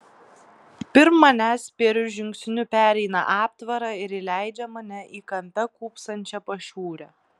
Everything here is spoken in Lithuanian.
pirm manęs spėriu žingsniu pereina aptvarą ir įleidžia mane į kampe kūpsančią pašiūrę